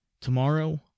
tomorrow